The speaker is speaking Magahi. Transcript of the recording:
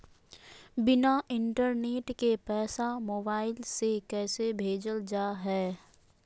बिना इंटरनेट के पैसा मोबाइल से कैसे भेजल जा है?